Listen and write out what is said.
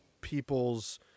people's